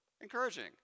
encouraging